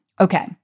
Okay